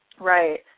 Right